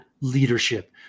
leadership